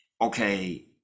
okay